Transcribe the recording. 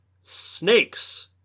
Snakes